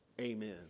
amen